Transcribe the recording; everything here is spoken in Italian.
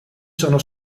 sono